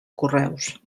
correus